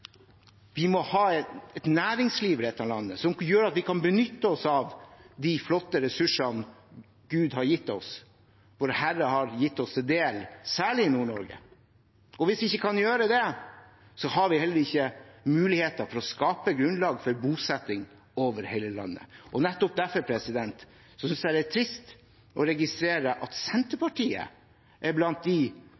Vi må ha et næringsliv i dette landet som gjør at vi kan benytte oss av de flotte ressursene Gud, Vår Herre, har gitt oss, særlig i Nord-Norge. Hvis vi ikke kan gjøre det, har vi heller ikke mulighet til å skape et grunnlag for bosetting over hele landet. Nettopp derfor synes jeg det er trist å registrere at